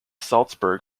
salzburg